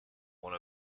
one